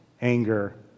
anger